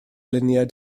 luniau